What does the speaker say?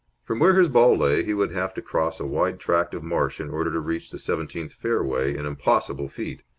from where his ball lay he would have to cross a wide tract of marsh in order to reach the seventeenth fairway an impossible feat.